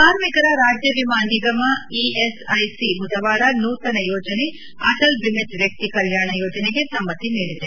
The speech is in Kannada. ಕಾರ್ಮಿಕರ ರಾಜ್ಯ ವಿಮಾ ನಿಗಮ ಇಎಸ್ಐಸಿ ಬುಧವಾರ ನೂತನ ಯೋಜನೆ ಆಟಲ್ ಬಿಮಿತ್ ವ್ಯಕ್ತಿ ಕಲ್ಯಾಣ ಯೋಜನೆಗೆ ಸಮ್ಮತಿ ನೀಡಿದೆ